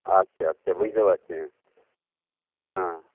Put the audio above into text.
আচ্ছা আচ্ছা বুঝতে পারছি হ্যাঁ